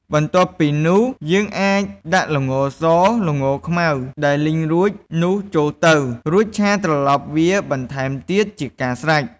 បន្ទាប់ពីនោះ យើងអាចដាក់ល្ងស ល្ងខ្មៅដែលលីងរួចនោះចូលទៅ រួចឆាត្រឡប់វាបន្ថែមទៀតជាការស្រេច។